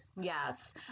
Yes